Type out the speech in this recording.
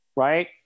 Right